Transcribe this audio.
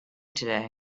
today